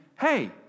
hey